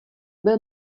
byl